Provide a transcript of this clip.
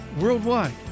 worldwide